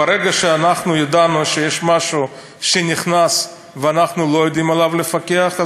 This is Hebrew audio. ברגע שידענו שיש משהו ונכנס ואנחנו לא יודעים לפקח עליו,